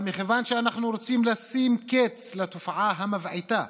אבל מכיוון שאנו רוצים לשים קץ לתופעה המבעיתה